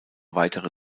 weitere